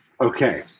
Okay